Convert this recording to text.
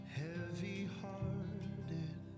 heavy-hearted